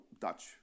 Dutch